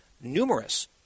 numerous